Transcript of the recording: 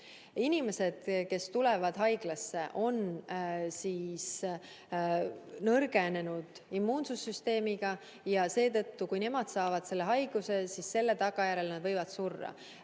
Inimesed, kes tulevad haiglasse, on nõrgenenud immuunsussüsteemiga, ja seetõttu, kui nemad saavad selle haiguse, siis selle tagajärjel nad võivad surra.